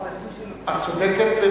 עניתי שלא.